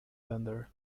vendor